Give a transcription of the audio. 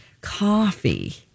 coffee